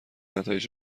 نتایج